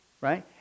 Right